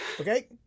Okay